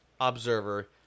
observer